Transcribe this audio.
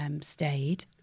stayed